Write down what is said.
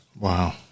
Wow